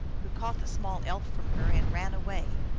who caught the small elf from her and ran away.